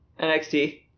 NXT